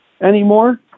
anymore